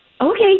Okay